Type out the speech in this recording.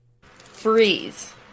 Freeze